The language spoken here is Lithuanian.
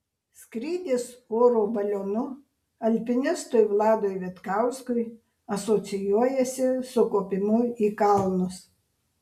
skrydis oro balionu alpinistui vladui vitkauskui asocijuojasi su kopimu į kalnus